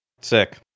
Sick